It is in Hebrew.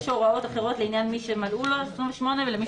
יש הוראות אחרות לעניין מי שמלאו לו 28 ולמי